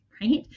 right